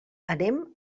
anem